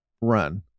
run